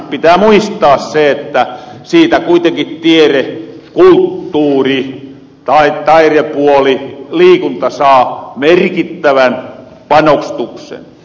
pitää muistaa se että siitä kuitenki tiere kulttuuri ja tairepuoli ja liikunta saa merkittävän panostuksen